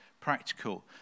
practical